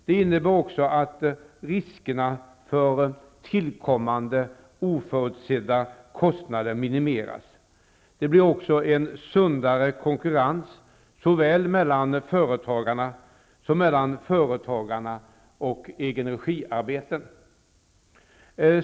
Det innebär också att riskerna för tillkommande oförutsedda kostnader minimeras. Det blir också en sundare konkurrens såväl mellan företagare som mellan arbeten utförda av företagare och egenregiarbeten.